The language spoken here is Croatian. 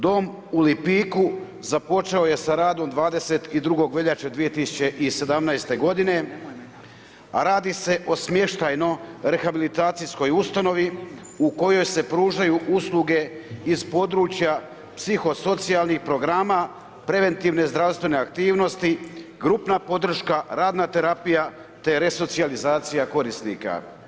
Dom u Lipiku započeo je sa radom 22. veljače 2017. godine, a radi se o smještajno-rehabilitacijskoj ustanovi u kojoj se pružaju usluge iz područja psiho-socijalnih programa, preventivne zdravstvene aktivnosti, grupna podrška, radna terapija te resocijalizacija korisnika.